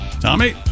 Tommy